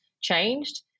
changed